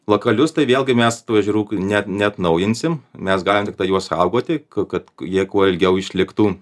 lokalius tai vėlgi mes tų ežerų ne neatnaujinsim mes galim tiktai juos saugoti k kad jie kuo ilgiau išliktų